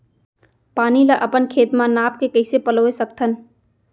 पानी ला अपन खेत म नाप के कइसे पलोय सकथन?